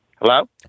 Hello